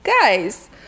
guys